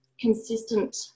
consistent